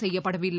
செய்யப்படவில்லை